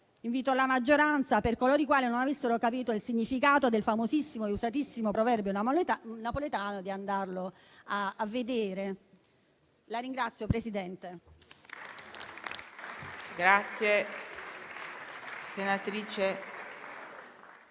Invito la maggioranza e coloro i quali non avessero capito il significato del famosissimo e usatissimo proverbio napoletano, ad andarlo a vedere.